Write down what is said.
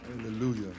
Hallelujah